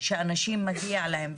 אתה מפריע לדיון הענייני,